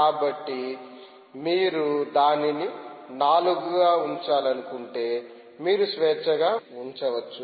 కాబట్టి మీరు దానిని 4 గా ఉంచాలనుకుంటేమీరు స్వేచ్ఛగా ఉంచవచ్చు